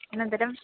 अनन्तरं